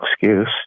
excuse